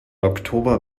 oktober